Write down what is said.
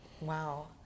Wow